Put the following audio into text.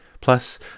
plus